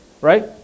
Right